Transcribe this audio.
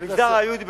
במגזר היהודי,